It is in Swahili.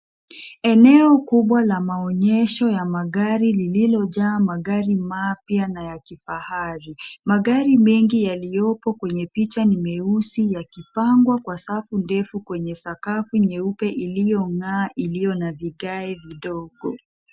Eneo kubwa la maonyesho ya magari lililojaa magari mapya na ya kifahari. Magari mengi yaliyopo kwenye picha ni meusi yakipangwa kwa safu ndefu kwenye sakafu nyeupe iliyong'aa na iliyo na vigae vidogo.